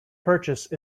purchase